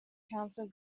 council